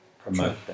promote